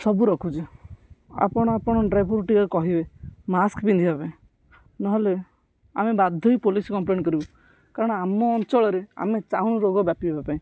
ସବୁ ରଖୁଛି ଆପଣ ଆପଣଙ୍କ ଡ୍ରାଇଭରକୁ ଟିକେ କହିବେ ମାସ୍କ ପିନ୍ଧିବା ପାଇଁ ନହେଲେ ଆମେ ବାଧ୍ୟ ହୋଇ ପୋଲିସ କମ୍ପ୍ଲେନ୍ କରିବୁ କାରଣ ଆମ ଅଞ୍ଚଳରେ ଆମେ ଚାହୁଁନୁ ରୋଗ ବ୍ୟାପିବା ପାଇଁ